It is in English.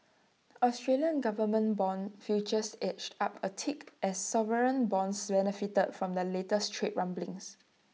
Australian government Bond futures edged up A tick as sovereign bonds benefited from the latest trade rumblings